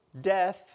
Death